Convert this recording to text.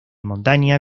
montaña